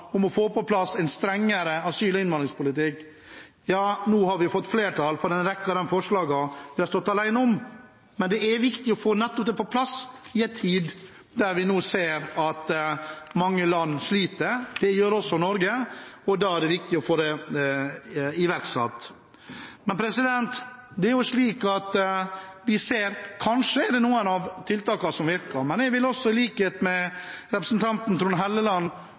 om å ville få på plass en strengere asyl- og innvandringspolitikk. Nå har vi fått flertall for en rekke av de forslagene vi har stått alene om. Det er viktig å få nettopp det på plass, i en tid der vi nå ser at mange land sliter. Det gjør også Norge, og da er det viktig å få det iverksatt. Vi ser at kanskje er det noen av tiltakene som virker, men jeg vil også, i likhet med representanten Trond Helleland,